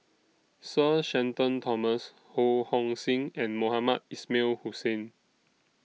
Sir Shenton Thomas Ho Hong Sing and Mohamed Ismail Hussain